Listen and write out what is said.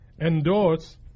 endorse